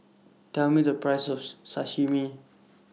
Tell Me The priceS of Sashimi